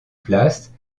place